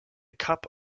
cup